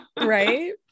Right